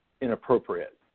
inappropriate